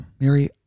Mary